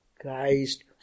Christ